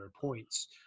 points